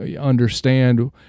understand